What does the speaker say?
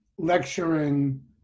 Lecturing